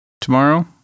Tomorrow